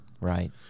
right